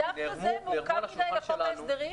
דווקא זה מורכב מדי בחוק ההסדרים?